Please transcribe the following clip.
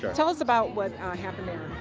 tell us about what happened there.